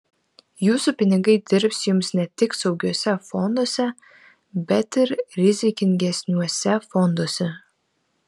jūsų pinigai dirbs jums ne tik saugiuose fonduose bet ir rizikingesniuose fonduose